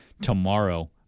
tomorrow